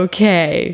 Okay